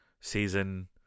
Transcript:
season